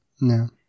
No